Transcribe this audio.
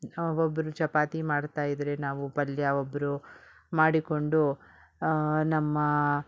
ಒಬೊಬ್ರು ಚಪಾತಿ ಮಾಡ್ತಾಯಿದ್ರೆ ನಾವು ಪಲ್ಯ ಒಬ್ರು ಮಾಡಿಕೊಂಡು ನಮ್ಮ